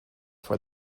for